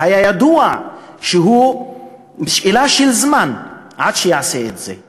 והיה ידוע שזו שאלה של זמן עד שהוא יעשה את זה.